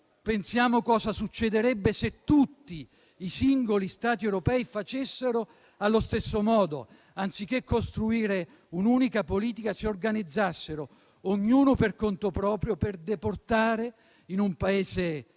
Pensiamo cosa succederebbe se tutti i singoli Stati europei facessero allo stesso modo, anziché costruire un'unica politica si organizzassero ognuno per conto proprio, per deportare in un paese terzo,